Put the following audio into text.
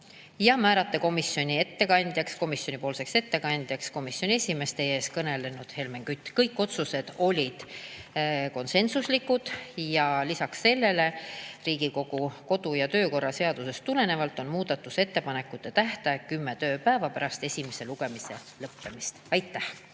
määrata komisjoni ettekandjaks komisjoni esimees, teie ees kõnelenud Helmen Kütt. Kõik otsused olid konsensuslikud. Lisaks sellele, Riigikogu kodu- ja töökorra seadusest tulenevalt on muudatusettepanekute tähtaeg kümme tööpäeva pärast esimese lugemise lõpetamist. Aitäh!